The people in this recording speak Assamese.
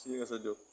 ঠিক আছে দিয়ক